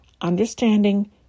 understanding